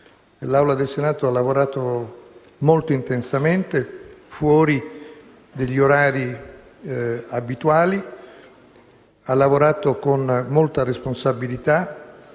L'Assemblea del Senato ha lavorato molto intensamente, fuori dagli orari abituali; ha lavorato con molta responsabilità,